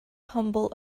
humble